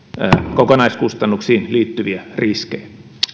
kokonaiskustannuksiin liittyviä riskejä